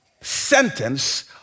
sentence